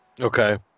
Okay